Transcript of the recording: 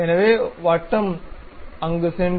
எனவே வட்டம் அங்கு சென்று